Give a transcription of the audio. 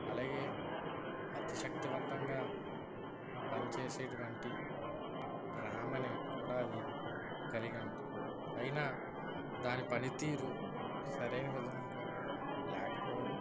అలాగే అతి శక్తివంతంగా పనిచేసేటువంటి ర్యామ్ని కూడా అది కలిగి ఉంది అయిన దాని పనితీరు సరైన విధంలో లేకపోవడం